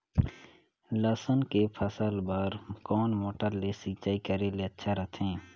लसुन के फसल बार कोन मोटर ले सिंचाई करे ले अच्छा रथे?